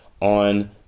on